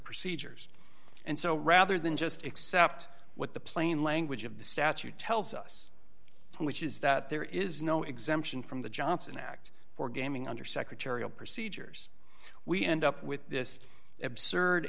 procedures and so rather than just accept what the plain language of the statute tells us which is that there is no exemption from the johnson act for gaming under secretarial procedures we end up with this absurd